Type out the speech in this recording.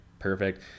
perfect